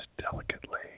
delicately